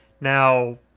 Now